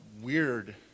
weird